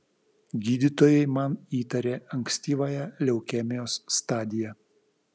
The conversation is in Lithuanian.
gydytojai man įtarė ankstyvąją leukemijos stadiją